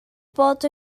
bod